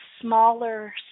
smaller